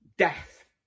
Death